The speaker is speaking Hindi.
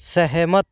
सहमत